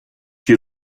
you